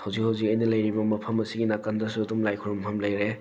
ꯍꯧꯖꯤꯛ ꯍꯧꯖꯤꯛ ꯑꯩꯅ ꯂꯩꯔꯤꯕ ꯃꯐꯝ ꯑꯁꯤꯒꯤ ꯅꯀꯟꯗꯁꯨ ꯑꯗꯨꯝ ꯂꯥꯏ ꯈꯨꯔꯨꯝꯐꯝ ꯂꯩꯔꯦ